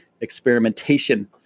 experimentation